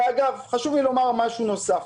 אגב, חשוב לי לומר דבר נוסף.